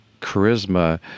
charisma